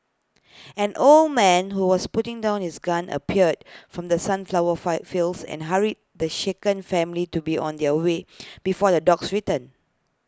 an old man who was putting down his gun appeared from the sunflower fire fields and hurried the shaken family to be on their way before the dogs return